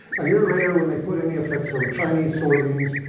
a year later, when they put in the effects of chinese soybeans,